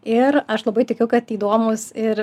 ir aš labai tikiu kad įdomūs ir